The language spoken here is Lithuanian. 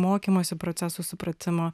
mokymosi proceso supratimo